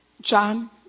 John